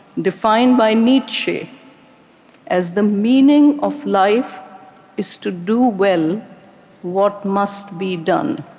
defined by nietzsche as the meaning of life is to do well what must be done